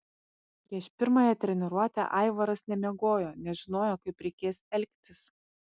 prieš pirmąją treniruotę aivaras nemiegojo nežinojo kaip reikės elgtis